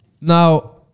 Now